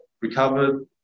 recovered